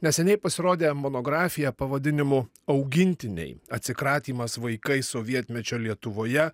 neseniai pasirodė monografija pavadinimu augintiniai atsikratymas vaikais sovietmečio lietuvoje